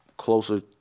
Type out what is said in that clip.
Closer